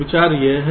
विचार यह है